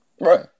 Right